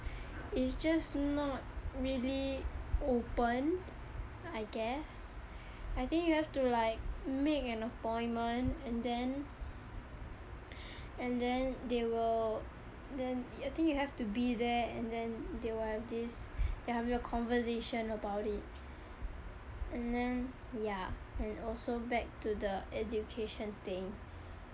it's just not really open I guess I think you have to like make an appointment and then and then they will then I think you have to be there and then they will have this they have a conversation about it and then ya and also back to the education thing